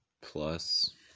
plus